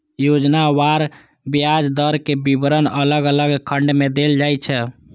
योजनावार ब्याज दरक विवरण अलग अलग खंड मे देल जाइ छै